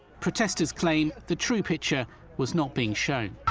protestors claims the true picture was not being shown.